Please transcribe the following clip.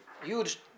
huge